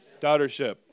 daughtership